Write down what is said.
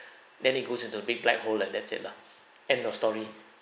then it goes into a big black hole like that's it lah end of story